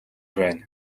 байна